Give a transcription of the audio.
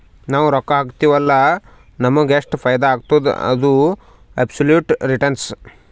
ನಾವ್ ರೊಕ್ಕಾ ಹಾಕಿರ್ತಿವ್ ಅಲ್ಲ ನಮುಗ್ ಎಷ್ಟ ಫೈದಾ ಆತ್ತುದ ಅದು ಅಬ್ಸೊಲುಟ್ ರಿಟರ್ನ್